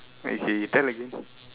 okay you tell again